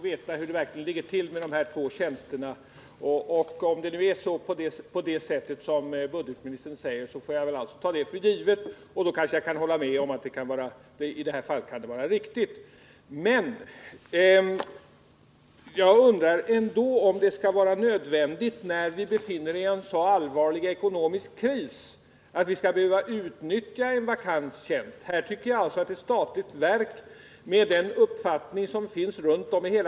Herr talman! Det har varit väldigt svårt att få veta hur det verkligen ligger till med de här två tjänsterna. Om det nu är på det sätt som budgetministern säger, kan jag hålla med om att det i det här fallet i och för sig kan vara riktigt att man har rätt att utlysa tjänsterna. Men med tanke på att vi befinner oss i en så allvarlig ekonomisk kris undrar jag ändå om det skall vara nödvändigt att som i det här fallet utnyttja en vakant tjänst. Med tanke på hur man runt omi hela detta land ser på dessa frågor tycker jag att ett statligt verk borde gå före och inte utnyttja en ledig tjänst.